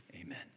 amen